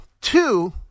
Two